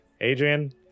Adrian